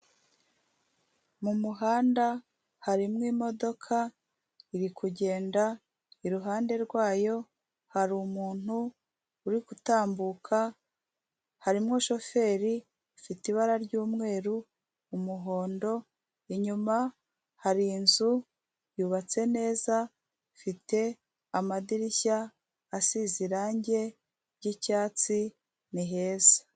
Mu muhanda harimo imodoka iri kugenda iruhande rwayo hari umuntu uri gutambuka harimo shoferi ifite ibara ry'umweru, umuhondo, inyuma hari inzu yubatse neza ifite amadirishya asize irangi ry'icyatsi ni heza.